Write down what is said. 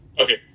Okay